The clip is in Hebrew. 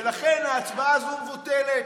ולכן ההצבעה הזאת מבוטלת,